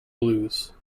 blues